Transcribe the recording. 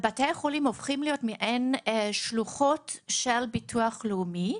בתי החולים הופכים להיות מעין שלוחות של ביטוח לאומי.